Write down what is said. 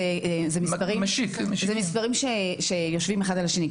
זה מספרים שיושבים אחד על השני,